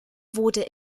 wurde